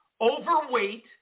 overweight